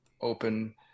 open